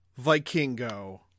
Vikingo